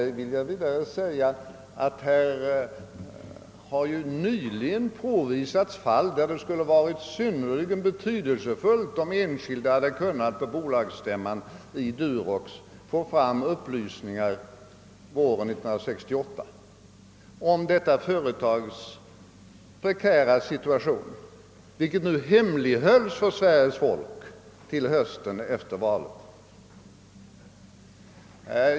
Vidare vill jag, herr Svanberg, framhålla, att det nyligen har påvisats fall där det skulle ha varit synnerligen betydelsefullt, om enskilda hade kunnat få fram upplysningar på bolagsstämman, t. ex: i Durox våren 1968 om detta företags prekära situation, som nu hemlighölls för Sveriges folk till på hösten efter valet.